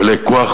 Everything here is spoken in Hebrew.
מלאי כוח,